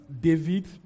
David